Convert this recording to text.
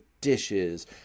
dishes